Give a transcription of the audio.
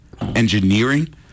engineering